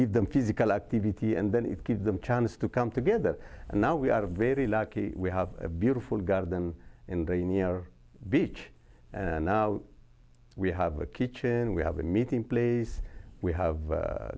gives them physical activity and then it gives them a chance to come together and now we are very lucky we have beautiful garden in the in the beach and now we have a kitchen we have a meeting place we have